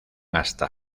hasta